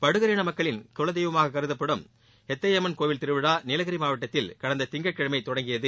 படுகர் இன மக்களின் குலதெய்வமாகக் கருதப்படும் ஹெத்தையம்மன் கோவில் திருவிழா நீலகிரி மாவட்டத்தில் கடந்த திங்கட்கிழமை தொடங்கியது